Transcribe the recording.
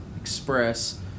Express